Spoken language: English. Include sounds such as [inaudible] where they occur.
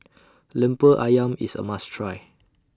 [noise] Lemper Ayam IS A must Try